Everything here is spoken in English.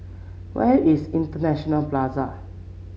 where is International Plaza